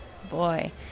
Boy